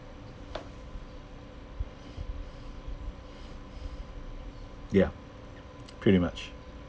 ya pretty much